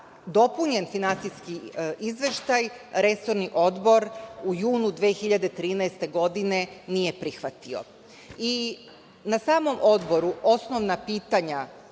dopunjen Finansijski izveštaj resorni odbor u junu 2013. godine nije prihvatio. Na samom odboru osnovna pitanja